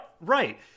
Right